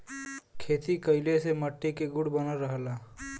खेती कइले से मट्टी के गुण बनल रहला